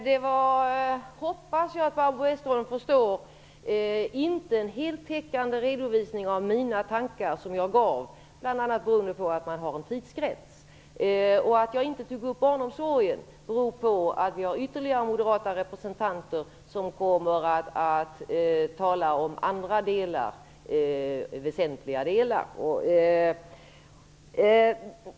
Herr talman! Jag hoppas att Barbro Westerholm förstår att det inte var en heltäckande redovisning av mina tankar som jag gav, bl.a. beroende på att det finns en tidsgräns. Att jag inte tog upp barnomsorgen berodde på att ytterligare moderata representanter kommer att tala om andra väsentliga delar.